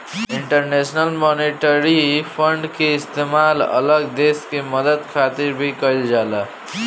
international Monetary Fund के इस्तेमाल अलग देश के मदद खातिर भी कइल जाला